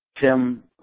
Tim